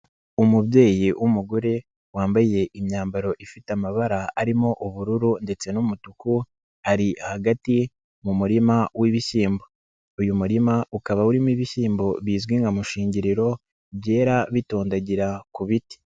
Umubyeyi w'umugore wambaye imyambaro ifite amabara arimo ubururu ndetse n'umutuku, ari hagati mu murima w'ibishyimbo. Uyu murima ukaba urimo ibishyimbo bizwi nka mushingiriro, byera bitondagira ku biti.